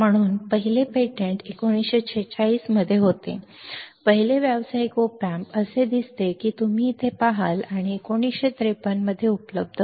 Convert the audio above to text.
म्हणून पहिले पेटंट 1946 मध्ये होते पहिले व्यावसायिक ऑप अँप असे दिसते की तुम्ही इथे पहाल आणि ते 1953 मध्ये उपलब्ध होते